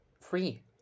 free